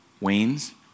wanes